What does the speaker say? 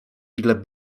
ile